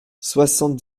soixante